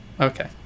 Okay